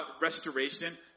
restoration